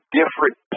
different